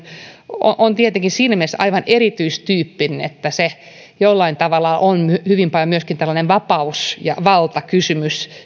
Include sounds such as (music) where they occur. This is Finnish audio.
on tietenkin siinä mielessä aivan erityistyyppinen että se jollain tavalla on hyvin paljon myöskin tällainen vapaus ja valtakysymys (unintelligible)